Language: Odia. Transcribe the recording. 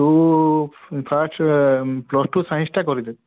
ତୁ ଫାର୍ଷ୍ଟ ଅ ପ୍ଲସ୍ ଟୁ ସାଇନ୍ସ ଟା କରିଦେ